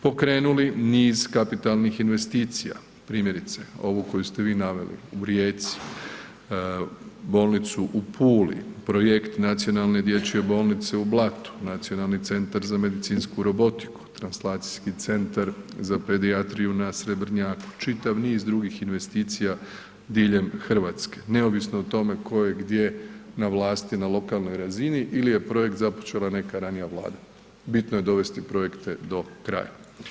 Pokrenuli niz kapitalnih investicija, primjerice ovu koju ste vi naveli u Rijeci, bolnicu u Puli, projekt nacionalne dječje bolnice u Blatu, nacionalni centar za medicinsku robotiku, translacijski centar za pedijatriju na Srebrnjaku, čitav niz drugih investicija diljem RH neovisno o tome tko je gdje na vlasti na lokalnoj razini ili je projekt započela neka ranija Vlada, bitno je dovesti projekte do kraja.